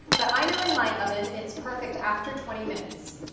but i know in my oven, it's perfect after twenty minutes.